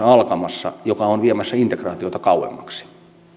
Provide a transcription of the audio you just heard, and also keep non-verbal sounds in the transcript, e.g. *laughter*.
*unintelligible* alkamassa joka olisi viemässä integraatiota kauemmaksi